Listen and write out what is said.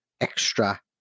extra